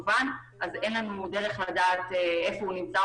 אז אין לנו דרך לדעת איפה הוא נמצא.